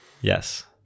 Yes